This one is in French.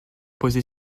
composée